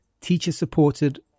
teacher-supported